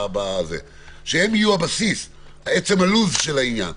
שהם יהיו הבסיס, הלו"ז של העניין.